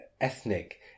ethnic